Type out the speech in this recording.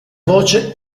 voce